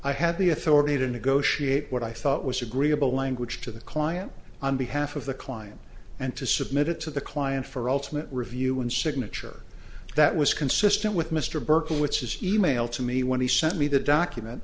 i had the authority to negotiate what i thought was agreeable language to the client on behalf of the client and to submit it to the client for ultimate review and signature that was consistent with mr berkowitz his email to me when he sent me the document